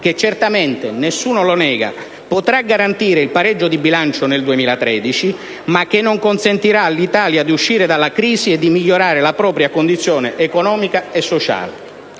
che certamente - nessuno lo nega - potrà garantire il pareggio di bilancio nel 2013, ma che non consentirà all'Italia di uscire dalla crisi e di migliorare la propria condizione economica e sociale.